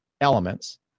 elements